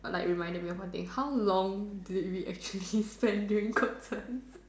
like reminded me of one thing how long did we actually spend during concerts